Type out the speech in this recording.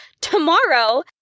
Tomorrow